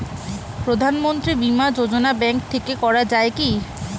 প্রধানমন্ত্রী বিমা যোজনা ব্যাংক থেকে করা যায় কি?